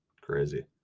crazy